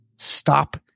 stop